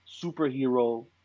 superhero